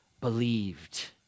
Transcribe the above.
believed